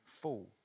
fall